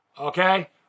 okay